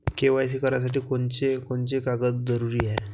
KYC करासाठी कोनची कोनची कागद जरुरी हाय?